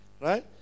right